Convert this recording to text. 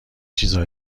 چیزا